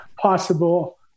possible